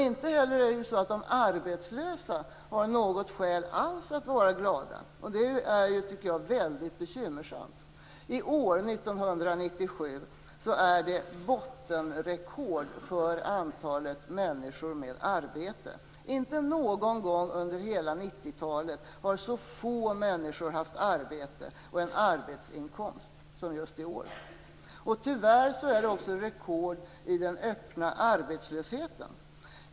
Inte heller de arbetslösa har något skäl att vara glada, vilket verkligen är bekymmersamt. I år, 1997, är det bottenrekord för antalet människor med arbete. Inte någon gång under hela 1990-talet har så få människor haft arbete och en arbetsinkomst som just i år. Tyvärr är det också rekord för den öppna arbetslösheten.